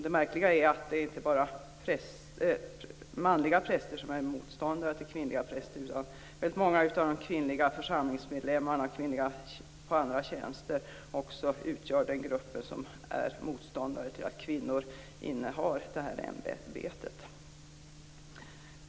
Det märkliga är att det inte bara är manliga präster som är motståndare till kvinnliga präster, utan också många av de kvinnliga församlingsmedlemmarna och kvinnor på andra tjänster tillhör den grupp som är motståndare till att kvinnor innehar det här ämbetet.